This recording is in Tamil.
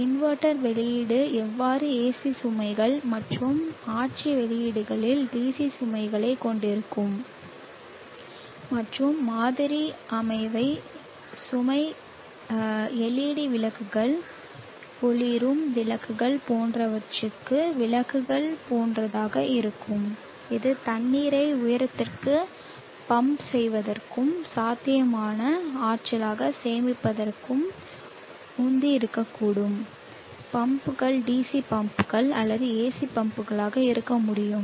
இன்வெர்ட்டர் வெளியீடு எவ்வாறு AC சுமைகள் மாற்றி வெளியீடுகளில் DC சுமைகளைக் கொண்டிருக்கும் மற்றும் மாதிரி அமைவு சுமை LED விளக்குகள் ஒளிரும் விளக்குகள் போன்றவற்றுக்கு விளக்குகள் போன்றதாக இருக்கும் இது தண்ணீரை உயரத்திற்கு பம்ப் செய்வதற்கும் சாத்தியமான ஆற்றலாக சேமிப்பதற்கும் உந்தி இருக்கக்கூடும் பம்புகள் DC பம்புகள் அல்லது AC பம்புகள் ஆக இருக்க முடியும்